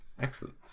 Excellent